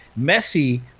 Messi